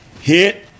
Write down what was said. hit